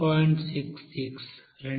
66 రెండవది 0